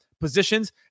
positions